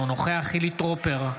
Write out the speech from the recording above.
אינו נוכח חילי טרופר,